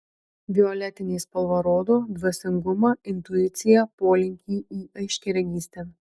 violetinė spalva rodo dvasingumą intuiciją polinkį į aiškiaregystę